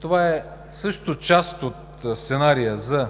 това е също част от сценария за